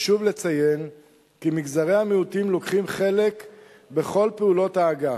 חשוב לציין כי מגזרי המיעוטים משתתפים בכל פעולות האגף,